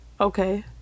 Okay